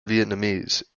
vietnamese